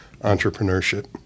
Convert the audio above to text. entrepreneurship